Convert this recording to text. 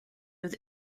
with